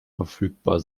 verfügbar